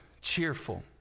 cheerful